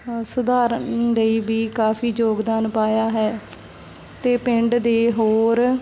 ਸੁਧਾਰਨ ਲਈ ਵੀ ਕਾਫ਼ੀ ਯੋਗਦਾਨ ਪਾਇਆ ਹੈ ਅਤੇ ਪਿੰਡ ਦੇ ਹੋਰ